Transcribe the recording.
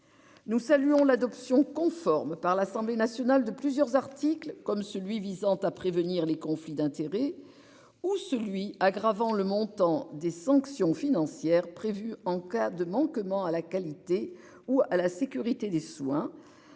Nous saluons l'adoption conforme par l'Assemblée nationale de plusieurs articles comme celui visant à prévenir les conflits d'intérêts ou celui aggravant le montant des sanctions financières prévues en cas de manquement à la qualité ou à la sécurité des soins,